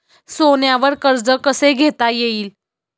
सोन्यावर कर्ज कसे घेता येईल?